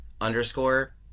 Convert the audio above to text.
underscore